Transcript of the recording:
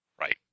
Right